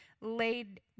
laid